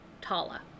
Tala